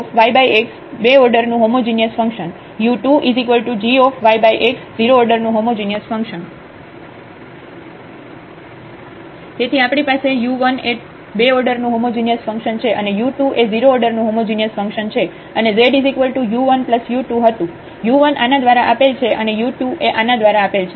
u1xy fyx 2 order નું homogeneous function u2gyx 0 order નું homogeneous function તેથી આપણી પાસે u1 એ 2 ઓર્ડર નું હોમોજિનિયસ ફંક્શન છે અને u2 એ 0 ઓર્ડર નું હોમોજિનિયસ ફંક્શન છે અને z u1u2 હતું u1 આના દ્વારા આપેલ છે અને u2 એ આના દ્વારા આપેલ છે